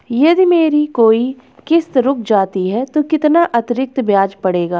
यदि मेरी कोई किश्त रुक जाती है तो कितना अतरिक्त ब्याज पड़ेगा?